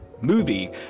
movie